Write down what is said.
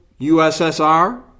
USSR